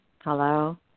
Hello